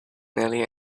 nearly